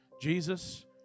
Jesus